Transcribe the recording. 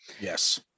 Yes